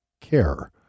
Care